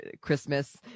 Christmas